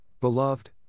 beloved